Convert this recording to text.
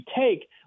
take